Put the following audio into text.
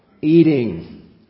eating